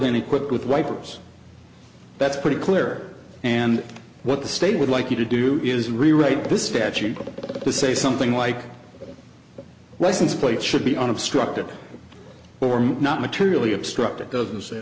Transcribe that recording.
then equipped with wipers that's pretty clear and what the state would like you to do is rewrite this statute to say something like license plates should be unobstructed form not materially obstruct it doesn't say